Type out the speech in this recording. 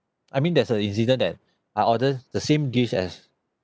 I mean there's a incident that I order the same dish as